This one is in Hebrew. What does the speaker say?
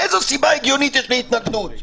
איזו סיבה הגיונית יש להתנגדות?